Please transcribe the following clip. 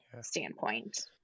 standpoint